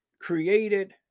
created